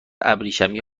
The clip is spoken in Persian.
ابریشمی